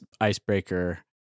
icebreaker